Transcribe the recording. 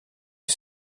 est